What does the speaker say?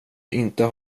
inte